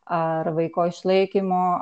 ar vaiko išlaikymo